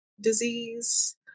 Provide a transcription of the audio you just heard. disease